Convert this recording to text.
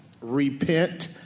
repent